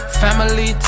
family